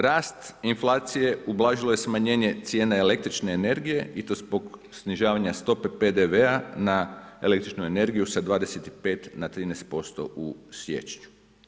Rast inflacije ublažilo je smanjenje cijene električne energije i to zbog snižavanja stope PDV-a na električnu energiju sa 25 na 13% u siječnju.